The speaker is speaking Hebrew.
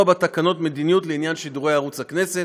בתקנות מדיניות לעניין שידורי ערוץ הכנסת.